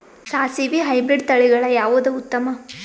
ಸಾಸಿವಿ ಹೈಬ್ರಿಡ್ ತಳಿಗಳ ಯಾವದು ಉತ್ತಮ?